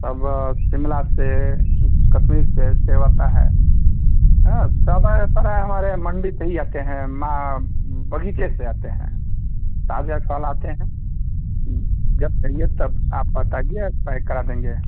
अब शिमला से कश्मीर से सेब आता है हाँ हमारे मंडी पर ही आते हैं मा बगीचे से आते हैं ताजे फल आते हैं जब चाहिए तब आप बताइए पैक करा देंगे